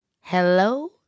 Hello